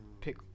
pick